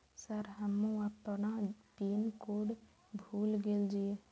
Sir हमू अपना pin code भूल गेल जीये?